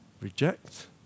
Reject